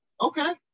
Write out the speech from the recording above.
Okay